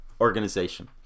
organization